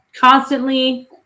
constantly